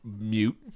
Mute